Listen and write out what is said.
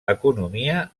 economia